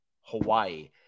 Hawaii